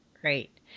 Great